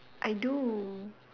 I do